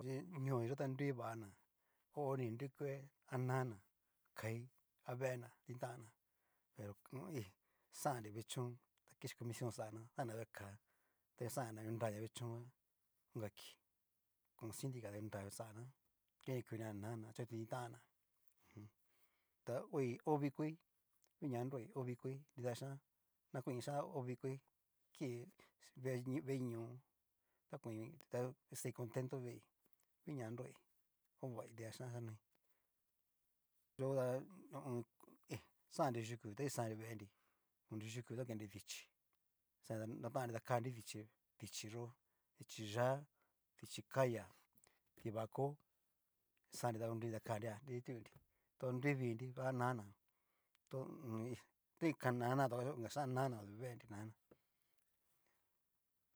Ñoiyó ta nrui vana honi nrukue anana, kaí a veena tintana, pero hí xanri vichón, ta ki comision xana, xana vekáa ta xan'na kunraña vechónka onka kii, kon sintica ka ta kunra xana nriguan niku ni ha nana achu ni a tin tan'na mjun ta hoi ta o vikoi uña o vikoi nida xhian, na koin iin xian ho vikoi kii vee veeño, ta koin ta kixai contento veei, guña nroi ovai nida xhian chikanoi yo ta ho o on. hí xanri yuku ta kixanri veenri, konri yuku kon kenri dichí nrixanri ta naguatan'nri kanri dichí dichí'yo, dichí'yá, dichí kaya, tivako nrixanri ta konruidri ta kanria nida itunri, to nrui vinri ngua anana to hís to ni kanana tu inka xhian nana odu veenri nana.